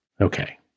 Okay